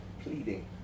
Pleading